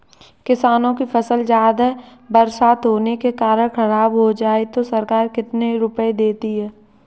किसानों की फसल ज्यादा बरसात होने के कारण खराब हो जाए तो सरकार कितने रुपये देती है?